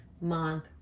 month